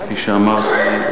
כפי שאמרתי,